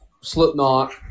Slipknot